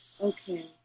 Okay